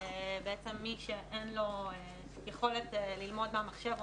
מי שאין לו יכולת ללמוד מהמחשב או